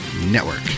network